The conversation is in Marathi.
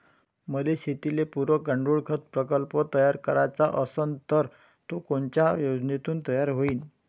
मले शेतीले पुरक गांडूळखत प्रकल्प तयार करायचा असन तर तो कोनच्या योजनेतून तयार होईन?